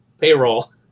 payroll